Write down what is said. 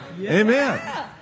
Amen